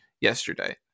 yesterday